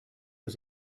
was